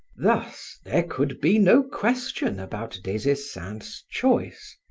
thus, there could be no question about des esseintes' choice,